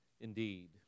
Indeed